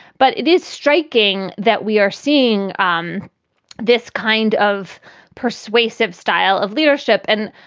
but it is striking that we are seeing um this kind of persuasive style of leadership. and,